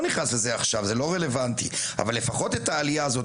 אבל לפחות את העלייה הזאת,